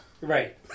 Right